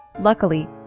Luckily